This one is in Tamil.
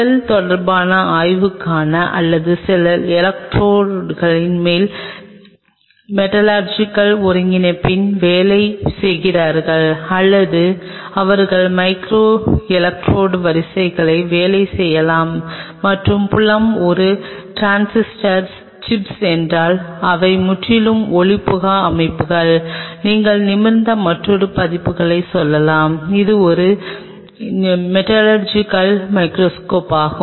செல் தொடர்பான ஆய்வுக்காக அல்லது சிலர் எலக்ட்ரோட்களின் மேல் மேட்லர்ஜிக்கல் ஒருங்கிணைப்பதில் வேலை செய்கிறார்கள் அல்லது அவர்கள் மைக்ரோ எலக்ட்ரோடு வரிசைகள் வேலை செய்யலாம் மற்றும் புலம் ஒரு டிரான்சிஸ்டர் சிப்ஸ்கள் என்றால் அவை முற்றிலும் ஒளிபுகா அமைப்புகள் நீங்கள் நிமிர்ந்த மற்றொரு பதிப்பிற்கு செல்லலாம் இது ஒரு மேட்லர்ஜிக்கல் மைகிரோஸ்கோப் ஆகும்